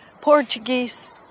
portuguese